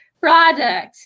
product